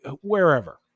wherever